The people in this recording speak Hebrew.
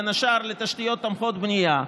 בין השאר לתשתיות תומכות בנייה,